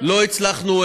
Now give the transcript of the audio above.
לא הצלחנו,